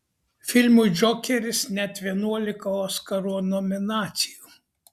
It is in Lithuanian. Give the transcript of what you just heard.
filmui džokeris net vienuolika oskarų nominacijų